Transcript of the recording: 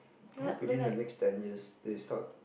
I hope within the next ten years they start